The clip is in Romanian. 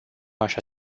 așa